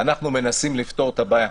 אנחנו מנסים לפתור את הבעיה.